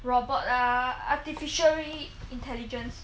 robot ah artificially intelligence